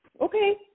Okay